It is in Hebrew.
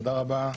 תודה רבה.